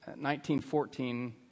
1914